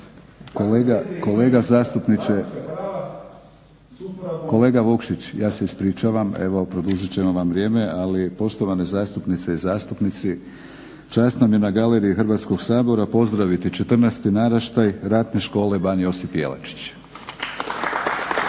kolega Vukšić ja se ispričavam, evo produžit ćemo vam vrijeme. Ali poštovane zastupnice i zastupnici, čast nam je na galeriji Hrvatskog sabora pozdraviti 14. naraštaj Ratne škole "Ban Josip Jelačić".